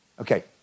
Okay